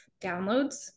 downloads